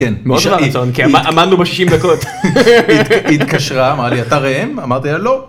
‫כן, כי עמדנו ב-60 דקות. ‫היא התקשרה, אמרה לי, ‫אתה ראם? אמרתי לה, לא.